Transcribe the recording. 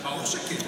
ברור שכן.